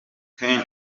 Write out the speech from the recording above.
ken